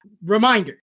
Reminder